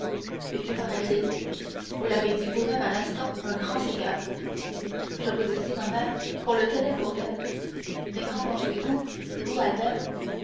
et que paraît-il vous l'avez dit vous-même à l'instant un grand seigneur je vous ai dit ma mère qu'on le tenait pour tel mais qu'en pensez-vous vous albert